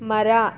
ಮರ